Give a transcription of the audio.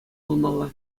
пулмалла